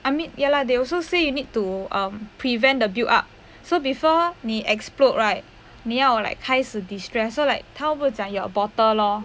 I mean ya lah they also say you need to prevent the build up so before 你 explode right 你要 like 开始 distress so like 他不是讲有 like bottle lor